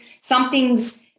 something's